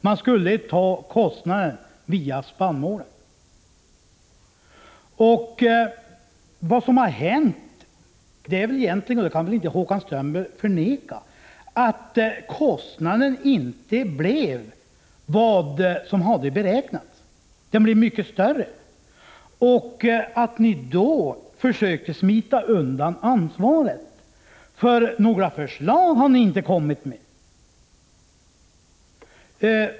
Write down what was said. Man skulle klara kostnaden via spannmålen. Håkan Strömberg kan väl inte förneka att kostnaden inte blev den som man hade beräknat utan mycket större. Ni försöker nu smita undan ansvaret, för några förslag har ni inte kommit med.